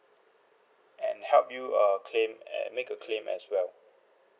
and help you uh claim uh make a claim as well